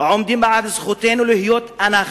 עומדים בפני זכותנו להיות אנחנו,